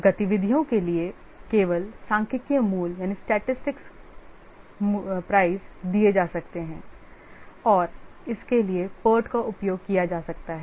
गतिविधियों के लिए केवल सांख्यिकीय मूल्य दिए जा सकते हैं और इसके लिए PERT का उपयोग किया जा सकता है